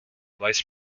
vice